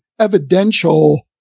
evidential